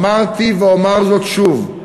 אמרתי ואומר זאת שוב: